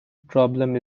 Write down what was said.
problem